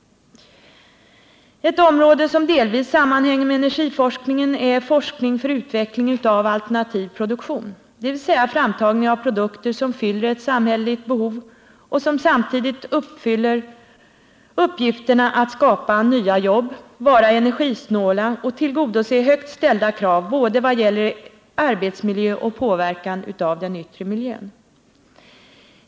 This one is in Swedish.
Ett område som delvis sammanhänger med energiforskningen är forskningen för utveckling av alternativ produktion, dvs. framtagning av produkter som fyller ett samhälleligt behov och som samtidigt fyller uppgifterna att skapa nya jobb, vara energisnåla och tillgodose högt ställda krav både vad gäller arbetsmiljö och påverkan av den yttre miljön.